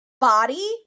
body